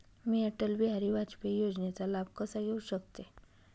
मी अटल बिहारी वाजपेयी योजनेचा लाभ कसा घेऊ शकते?